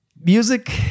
Music